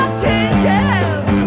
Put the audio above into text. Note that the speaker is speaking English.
changes